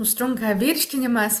užtrunka virškinimas